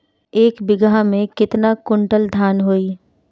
एक बीगहा में केतना कुंटल धान होई?